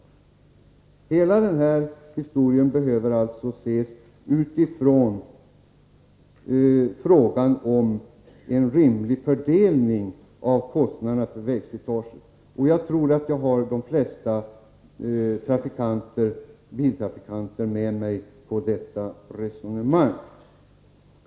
Hela denna historia behöver ses utifrån frågan om en rimlig fördelning av kostnaderna för vägslitaget. Jag tror att jag har de flesta biltrafikanter med mig på detta resonemang.